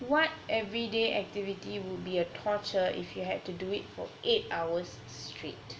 what everyday activity would be a torture if you had to do it for eight hours straight